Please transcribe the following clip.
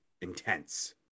intense